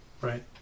Right